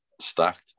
stacked